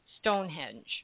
Stonehenge